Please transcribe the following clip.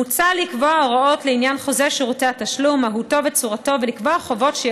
מוצע לקבוע הוראות עונשיות ועיצומים כספיים על הפרות הוראות החוק,